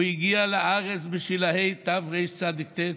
הוא הגיע לארץ בשלהי תרצ"ט,